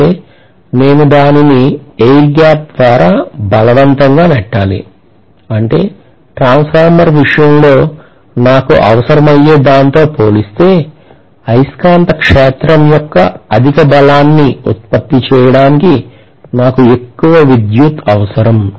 అంటే నేను దానిని ఎయిర్ గ్యాప్ ద్వారా బలవంతంగా నెట్టాలి అంటే ట్రాన్స్ఫార్మర్ విషయంలో నాకు అవసరమయ్యే దానితో పోలిస్తే అయస్కాంత క్షేత్రం యొక్క అధిక బలాన్ని ఉత్పత్తి చేయడానికి నాకు ఎక్కువ విద్యుత్తు అవసరం